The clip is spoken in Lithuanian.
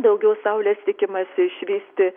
daugiau saulės tikimasi išvysti